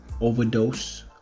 overdose